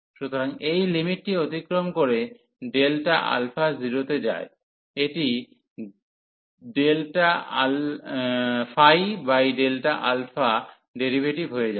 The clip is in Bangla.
সুতরাং এই লিমিটটি অতিক্রম করে Δα 0 তে যায় এটি dd ডেরিভেটিভ হয়ে যাবে